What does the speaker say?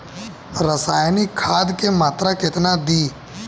रसायनिक खाद के मात्रा केतना दी?